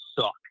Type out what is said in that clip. suck